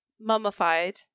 mummified